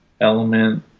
Element